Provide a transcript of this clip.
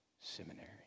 seminary